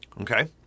okay